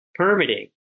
Permitting